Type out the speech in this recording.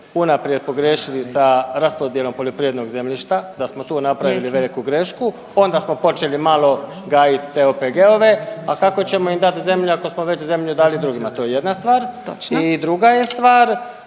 unaprijed pogriješili sa raspodjelom poljoprivrednog zemljišta da smo tu …/Upadica: Jesmo./… napravili veliku grešku, onda smo počeli malo gajit te OPG-ove, a kako ćemo im dat zemlje ako smo već zemlju dali drugima to je jedna stvar. …/Upadica: